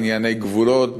בענייני גבולות,